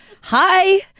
hi